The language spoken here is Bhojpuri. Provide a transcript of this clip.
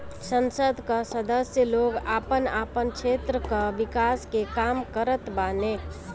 संसद कअ सदस्य लोग आपन आपन क्षेत्र कअ विकास के काम करत बाने